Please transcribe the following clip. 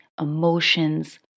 emotions